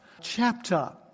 chapter